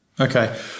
Okay